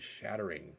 shattering